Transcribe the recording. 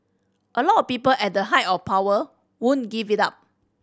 a lot of people at the height of power wouldn't give it up